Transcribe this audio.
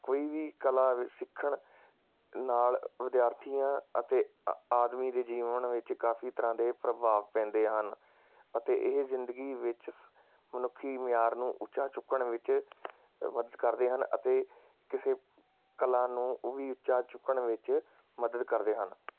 ਕੋਈ ਵੀ ਕਲਾ ਸਿੱਖਣ ਨਾਲ਼ ਵਿਦਿਆਰਥੀਆਂ ਅਤੇ ਆ ਆਦਮੀ ਦੇ ਜੀਵਨ ਵਿੱਚ ਕਾਫ਼ੀ ਤਰ੍ਹਾਂ ਦੇ ਪ੍ਰਭਾਵ ਪੈਂਦੇ ਹਨ ਅਤੇ ਇਹ ਜ਼ਿੰਦਗੀ ਵਿੱਚ ਮਨੁੱਖੀ ਮਿਆਰ ਨੂੰ ਉੱਚਾ ਚੁੱਕਣ ਵਿੱਚ ਮਦਦ ਕਰਦੇ ਹਨ ਅਤੇ ਕਿਸੇ ਕਲਾ ਨੂੰ ਉਹ ਵੀ ਉੱਚਾ ਚੁੱਕਣ ਵਿੱਚ ਮਦਦ ਕਰਦੇ ਹਨ